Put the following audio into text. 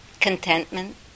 Contentment